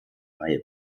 reihe